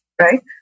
Right